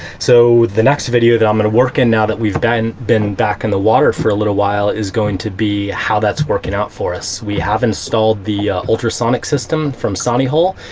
so the next video that i'm going to work in now that we've been been back in the water for a little while is going to be how that's working out for us. we have installed the ultrasonic system from sonihull,